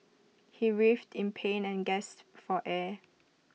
he writhed in pain and gasped for air